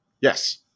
Yes